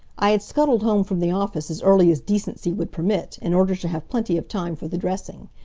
i had scuttled home from the office as early as decency would permit, in order to have plenty of time for the dressing.